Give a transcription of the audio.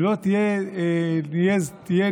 ולא תהיה נזקקת,